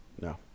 No